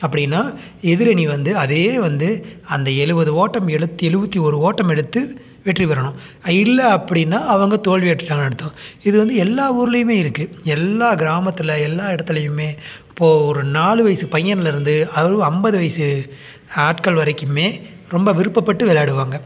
அப்படின்னா எதிர் அணி வந்து அதே வந்து அந்த எழுவது ஓட்டம் எலுத் எழுவத்தி ஒரு ஓட்டம் எடுத்து வெற்றி பெறணும் இல்லை அப்படின்னா அவங்க தோல்வியுற்றாங்கன்னு அர்த்தம் இது வந்து எல்லா ஊர்லையுமே இருக்குது எல்லா கிராமத்தில் எல்லா இடத்துலையுமே இப்போது ஒரு நாலு வயது பையன்லேருந்து அறு ஐம்பது வயது ஆட்கள் வரைக்கும் ரொம்ப விருப்பப்பட்டு விளையாடுவாங்க